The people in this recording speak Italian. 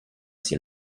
sia